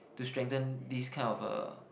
to strengthen this kind of uh